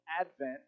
Advent